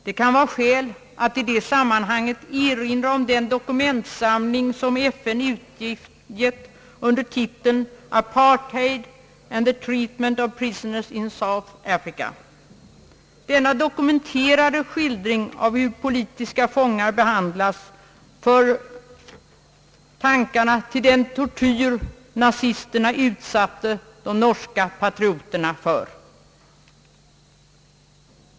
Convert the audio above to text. Det kan vara skäl att i det sammanhanget erinra om den dokumentsamling som FN utgett under titeln Apartheid and the treatment of prisoners in South Africa. Denna dokumenterade skildring av hur politiska fångar behandlas för tankarna till den tortyr nazisterna utsatte de norska patrioterna för.